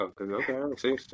Okay